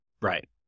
Right